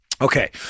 Okay